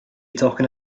talking